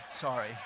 Sorry